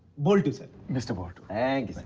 boltu sir. mr. boltu. thank